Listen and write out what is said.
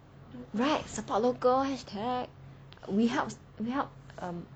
right support local hashtag we helps we help um